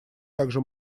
также